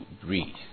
breathe